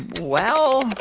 well.